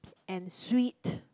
and sweet